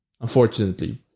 unfortunately